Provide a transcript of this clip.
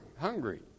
Hungry